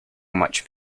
much